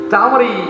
Tamari